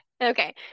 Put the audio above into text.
Okay